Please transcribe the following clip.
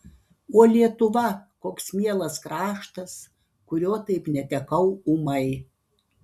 o lietuva koks mielas kraštas kurio taip netekau ūmai